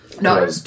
no